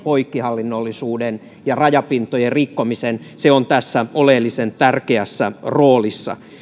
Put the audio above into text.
poikkihallinnollisuuden ja rajapintojen rikkomisen se on tässä oleellisen tärkeässä roolissa